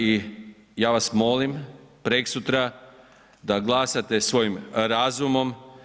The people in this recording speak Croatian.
I ja vas molim preksutra da glasate svojim razumom.